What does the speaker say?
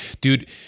Dude